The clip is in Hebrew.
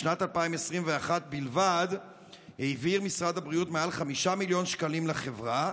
בשנת 2021 בלבד העביר משרד הבריאות מעל 5 מיליון שקלים לחברה,